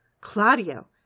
Claudio